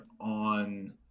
on